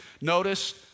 Notice